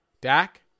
Dak